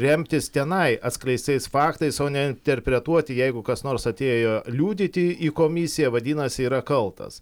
remtis tenai atskleistais faktais o ne interpretuoti jeigu kas nors atėjo liudyti į komisiją vadinasi yra kaltas